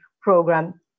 program